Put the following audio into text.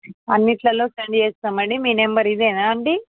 అన్నింటిలో సెండ్ చేస్తాము అండి మీ నెంబర్ ఇదేనా అండి